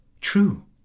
True